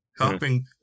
helping